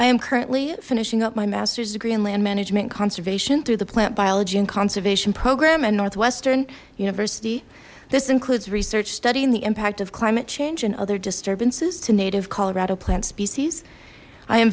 i am currently finishing up my master's degree in land management conservation through the plant biology and conservation program at northwestern university this includes research studying the impact of climate change and other disturbances to native colorado plant species i am